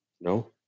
No